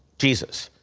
jesus.